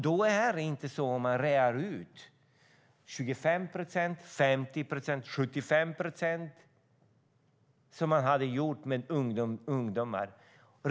Det är inte så om man rear ut 25 procent, 50 procent, 75 procent, som man har gjort med ungdomarna.